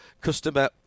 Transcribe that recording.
customer